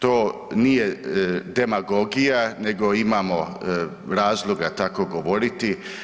To nije demagogija nego imamo razloga tako govoriti.